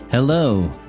Hello